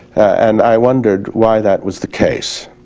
and i wondered why that was the case.